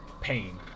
pain